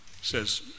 says